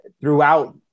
throughout